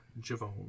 Javon